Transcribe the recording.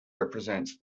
represents